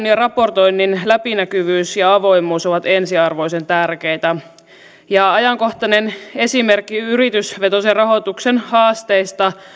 ja raportoinnin läpinäkyvyys ja avoimuus ovat ensiarvoisen tärkeitä ajankohtainen esimerkki yritysvetoisen rahoituksen haasteista